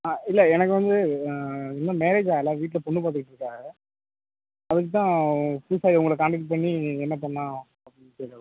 ஆ இல்லை எனக்கு வந்து இன்னும் மேரேஜ் ஆகலை வீட்டில் பொண்ணு பார்த்துக்கிட்ருக்காங்க அதுக்கு தான் பூசாரி உங்களை கான்டெக்ட் பண்ணி என்ன பண்ணலாம்னு கேட்கதான்